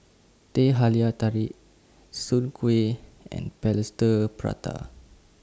Teh Halia Tarik Soon Kueh and Plaster Prata